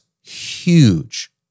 huge